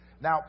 Now